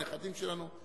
הנכדים שלנו,